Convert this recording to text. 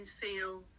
feel